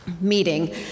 meeting